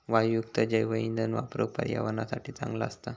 वायूयुक्त जैवइंधन वापरुक पर्यावरणासाठी चांगला असता